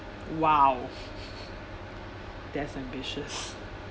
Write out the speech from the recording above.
!wow! that's ambitious